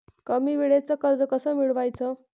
कमी वेळचं कर्ज कस मिळवाचं?